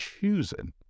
choosing